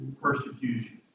persecution